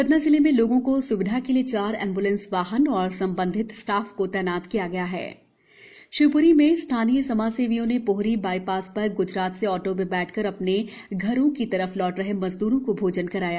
सतना जिले मे लोगो को सुविधा के लिए चार एम्ब्लेंस वाहन एवं समबन्धित स्टाफ को तैनात किया गया है शिवप्री में स्थानीय समाजसेवियों ने पोहरी बाईपास पर ग्जरात से ऑटो में बैठकर अपनें घरों की तरफ लौट रहे मजदूरों को भोजन कराया